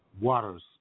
waters